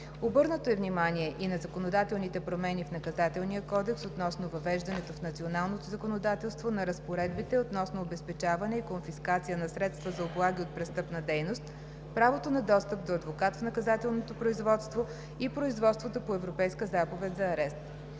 Обърнато е внимание и на законодателните промени в Наказателния кодекс относно въвеждането в националното законодателство на разпоредбите относно обезпечаване и конфискация на средства за облаги от престъпна дейност, правото на достъп до адвокат в наказателното производство и производството по европейска заповед за арест.